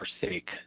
forsake